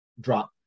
drop